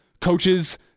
coaches